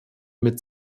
mit